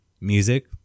music